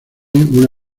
una